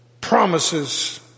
Promises